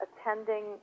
attending